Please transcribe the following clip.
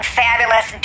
fabulous